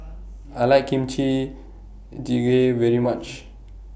I like Kimchi Jjigae very much